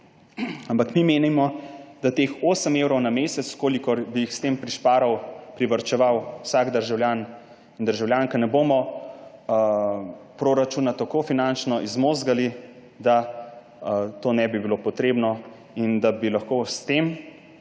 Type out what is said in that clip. ampak mi menimo, da s temi osmimi evri na mesec, kolikor bi s tem privarčeval vsak državljan in državljanka, ne bomo proračuna tako finančno izmozgali, da to ne bi bilo potrebno, in da bi lahko s tem,